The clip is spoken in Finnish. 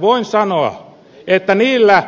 voin sanoa että niiden